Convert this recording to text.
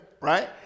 Right